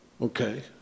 Okay